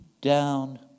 down